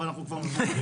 אבל אנחנו כבר מבוגרים,